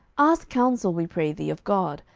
ask counsel, we pray thee, of god,